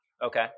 Okay